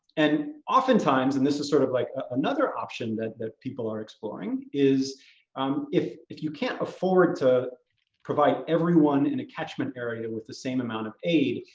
and oftentimes, and this is sort of like another option that that people are exploring is um if if you can't afford to provide everyone in a catchment area with the same amount of aid,